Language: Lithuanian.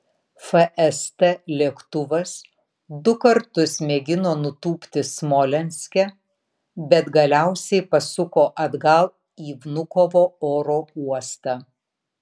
fst lėktuvas du kartus mėgino nutūpti smolenske bet galiausiai pasuko atgal į vnukovo oro uostą